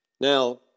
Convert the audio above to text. Now